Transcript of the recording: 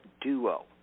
duo